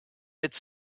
its